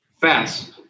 fast